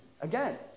Again